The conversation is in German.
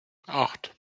acht